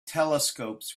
telescopes